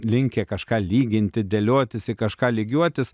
linkę kažką lyginti dėliotis į kažką lygiuotis